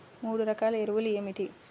మూడు రకాల ఎరువులు ఏమిటి?